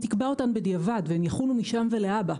היא תקבע אותן בדיעבד כך שהן יחולו משם ולהבא.